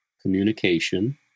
communication